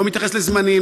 לא מתייחס לזמנים,